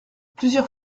plusieurs